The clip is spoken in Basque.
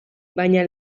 baina